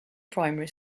primary